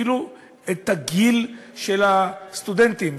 אפילו בגיל של סטודנטים,